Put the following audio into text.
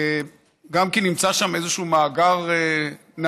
גם כי נמצא שם איזשהו מאגר נדיר,